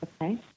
Okay